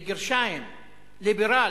"ליברל",